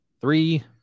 three